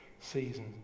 season